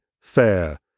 fair